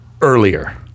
Earlier